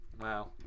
Wow